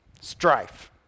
Strife